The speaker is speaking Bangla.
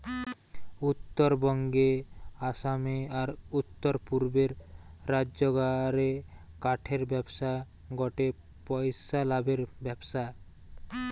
উত্তরবঙ্গে, আসামে, আর উততরপূর্বের রাজ্যগা রে কাঠের ব্যবসা গটে পইসা লাভের ব্যবসা